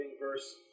verse